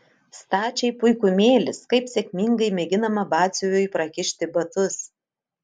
stačiai puikumėlis kaip sėkmingai mėginama batsiuviui prakišti batus